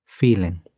feeling